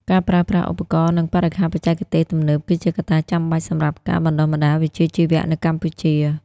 ការប្រើប្រាស់ឧបករណ៍ និងបរិក្ខារបច្ចេកទេសទំនើបគឺជាកត្តាចាំបាច់សម្រាប់ការបណ្តុះបណ្តាលវិជ្ជាជីវៈនៅកម្ពុជា។